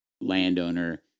landowner